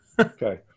Okay